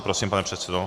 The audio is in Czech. Prosím, pane předsedo.